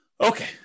Okay